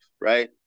right